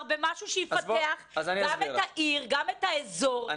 במשהו שיפתח גם את העיר ואת האזור כולו.